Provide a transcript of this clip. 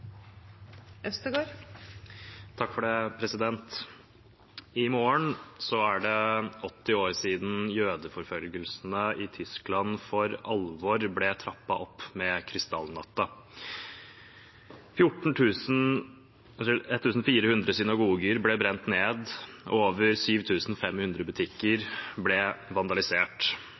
det 80 år siden jødeforfølgelsene i Tyskland for alvor ble trappet opp, med krystallnatten. 1 400 synagoger ble brent ned, og over 7 500 butikker ble vandalisert.